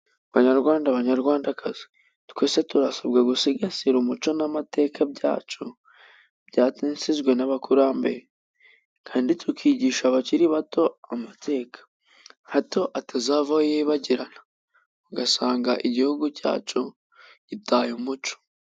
Banyarwanda, Banyarwandakazi, twese turasabwa gusigasira umuco n'amateka byacu byasizwe n'abakurambere, kandi tukigisha abakiri bato amateka hato atazavaho yibagirana, ugasanga Igihugu cyacu gitaye umuco.